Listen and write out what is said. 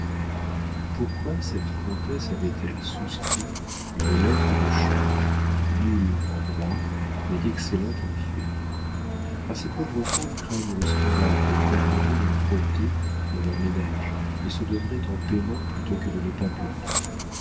pourquoi cette comtesse avait-elle souscrit une lettre de change nulle en droit mais excellente en fait car ces pauvres femmes craignent le scandale que produirait un protêt dans leur ménage et se donneraient en paiement plutôt que de ne pas payer